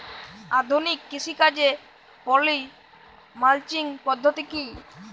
আধুনিক কৃষিকাজে poly mulching পদ্ধতি কি?